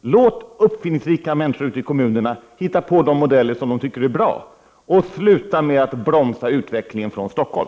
Låt uppfinningsrika människor ute i kommunerna hitta på de modeller som de tycker är bra! Och sluta med att bromsa utvecklingen från Stockholm!